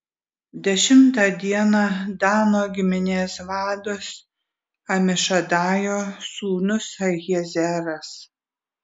dešimtą dieną dano giminės vadas amišadajo sūnus ahiezeras